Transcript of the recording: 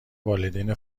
والدین